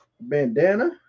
bandana